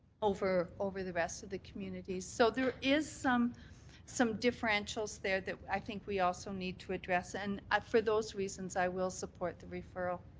over over the rest of the communities. so there is some some differentials there that i think we also need to address, and for those reasons i will support the referral.